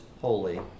holy